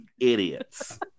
idiots